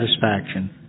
satisfaction